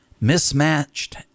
mismatched